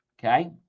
okay